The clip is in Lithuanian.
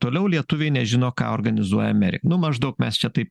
toliau lietuviai nežino ką organizuoja amer nu maždaug mes čia taip